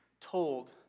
told